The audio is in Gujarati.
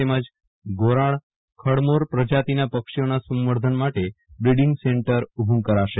તેમજ ધોરાડ ખડમોર પ્રજાતિનાં પક્ષીઓનાં સવર્ધન માટે બ્રિડીગ સેન્ટર ઉભું કરાશે